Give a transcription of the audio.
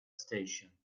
station